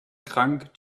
krank